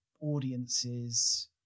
audiences